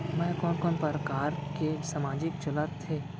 मैं कोन कोन प्रकार के सामाजिक चलत हे?